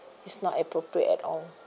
it's not appropriate at all